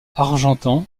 argentan